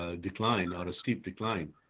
ah decline on a steep decline.